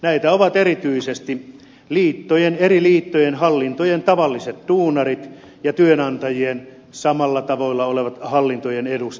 näitä ovat erityisesti eri liittojen hallintojen tavalliset duunarit ja työnantajien samalla tavalla olevat hallintojen edustajat